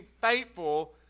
faithful